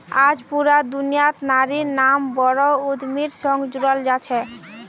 आज पूरा दुनियात नारिर नाम बोरो उद्यमिर संग जुराल छेक